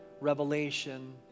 Revelation